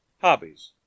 hobbies